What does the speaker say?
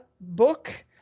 book